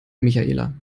michaela